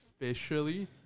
officially